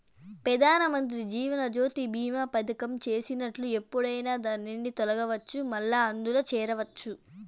పెదానమంత్రి జీవనజ్యోతి బీమా పదకం చేసినట్లు ఎప్పుడైనా దాన్నిండి తొలగచ్చు, మల్లా అందుల చేరచ్చు